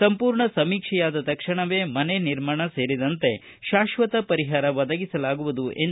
ಸಂಪೂರ್ಣ ಸಮೀಕ್ಷೆಯಾದ ತಕ್ಷಣವೇ ಮನೆ ನಿರ್ಮಾಣ ಸೇರಿದಂತೆ ಶಾಶ್ವತ ಪರಿಹಾರ ಒದಗಿಸಲಾಗುವುದು ಎಂದು ಭರವಸೆ ನೀಡಿದರು